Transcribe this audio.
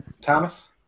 Thomas